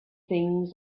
things